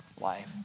life